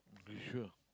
you sure